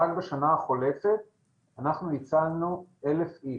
רק בשנה החולפת אנחנו הצלחנו 1,000 איש,